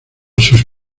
sus